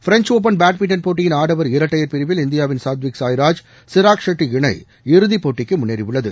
French Open badminton போட்டியில் ஆடவர் இரட்டையர் பிரிவில் இந்தியாவின் சாத்விக் சாய்ராஜ் ஷிராக் ஷெட்டி இணை இறுதிப் போட்டிக்கு முன்னேறியுள்ளது